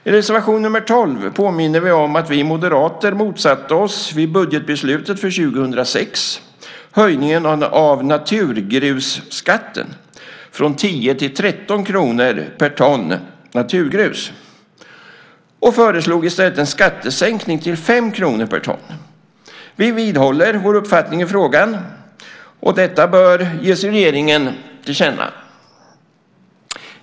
I reservation nr 12 påminner vi om att vi moderater vid budgetbeslutet för år 2006 motsatte oss höjningen av naturgrusskatten från 10 kr till 13 kr per ton naturgrus och i stället föreslog en skattesänkning till 5 kr per ton. Vi vidhåller vår uppfattning i frågan. Detta bör ges regeringen till känna.